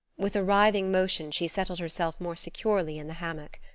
with a writhing motion she settled herself more securely in the hammock.